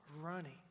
running